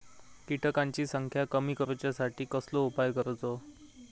किटकांची संख्या कमी करुच्यासाठी कसलो उपाय करूचो?